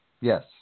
Yes